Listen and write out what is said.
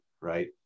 right